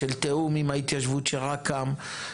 של תיאום עם ההתיישבות שרק קם.